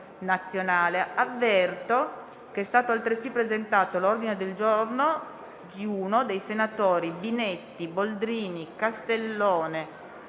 nazionale. Avverto che è stato altresì presentato l'ordine del giorno G1, dei senatori Binetti, Boldrini, Castellone,